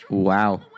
Wow